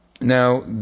Now